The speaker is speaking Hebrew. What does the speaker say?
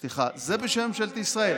סליחה, זה בשם ממשלת ישראל.